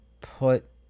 put